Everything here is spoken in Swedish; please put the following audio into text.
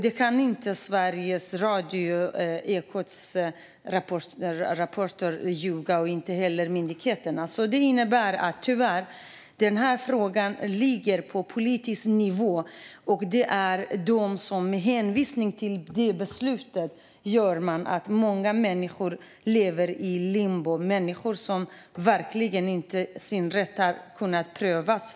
Det kan inte Sveriges Radio och Ekots reporter ljuga om och inte heller myndigheterna. Det innebär tyvärr att frågan ligger på politisk nivå. Hänvisningar till detta beslut gör att många människor lever i limbo, människor vars rätt inte har kunnat prövas.